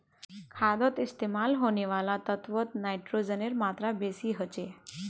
खादोत इस्तेमाल होने वाला तत्वोत नाइट्रोजनेर मात्रा बेसी होचे